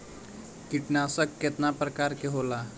कीटनाशक केतना प्रकार के होला?